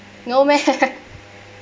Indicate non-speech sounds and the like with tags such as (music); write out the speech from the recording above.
no meh (laughs)